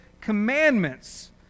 commandments